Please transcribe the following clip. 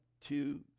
two